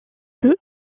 jeu